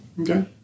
Okay